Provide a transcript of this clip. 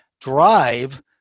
drive